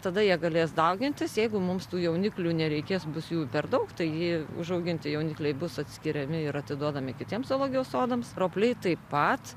tada jie galės daugintis jeigu mums tų jauniklių nereikės bus jų per daug tai užauginti jaunikliai bus atskiriami ir atiduodami kitiems zoologijos sodams ropliai taip pat